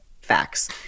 facts